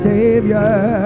Savior